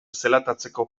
zelatatzeko